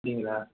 அப்படிங்களா